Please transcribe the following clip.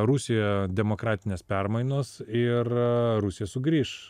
rusijoje demokratinės permainos ir rusija sugrįš